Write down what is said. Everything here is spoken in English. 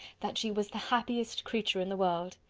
that she was the happiest creature in the world.